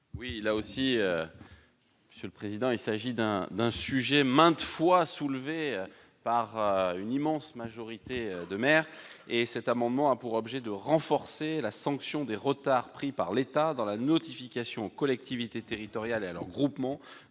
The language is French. à M. le rapporteur. Il s'agit, là aussi, d'un sujet maintes fois évoqué par une immense majorité de maires. Cet amendement a pour objet de renforcer la sanction en cas de retard pris par l'État dans la notification aux collectivités territoriales et à leurs groupements